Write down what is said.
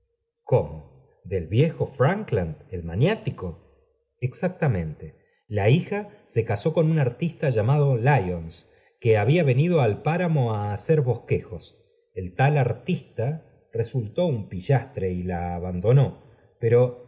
cómo del viejo brankland el maniático exactamente la hija se caso con un artista llamado lyons que había venido al páramo á hacer bosquejos el tal artista resultó un pillastre y la abandonó pero